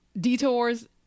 detours